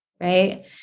Right